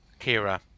Kira